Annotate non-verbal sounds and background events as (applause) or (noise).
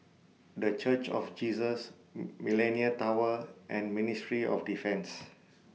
The Church of Jesus (noise) Millenia Tower and Ministry of Defence